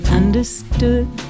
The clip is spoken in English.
understood